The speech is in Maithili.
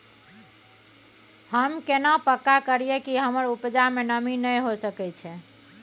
हम केना पक्का करियै कि हमर उपजा में नमी नय होय सके छै?